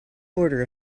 order